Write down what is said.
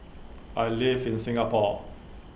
I live in Singapore